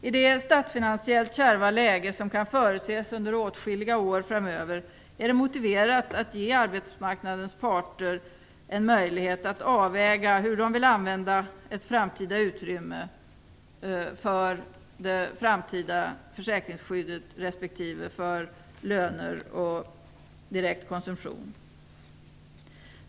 I det statsfinansiellt kärva läge som kan förutses under åtskilliga år framöver är det motiverat att ge arbetsmarknadens parter en möjlighet att avväga hur de vill använda ett utrymme för framtida försäkringsskydd respektive löner och direkt konsumtion.